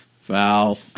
foul